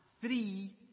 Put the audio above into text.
three